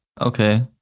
okay